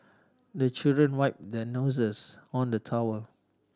the children wipe their noses on the towel